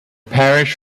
parish